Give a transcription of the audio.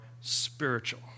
spiritual